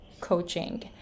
coaching